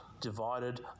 divided